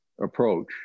approach